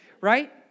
Right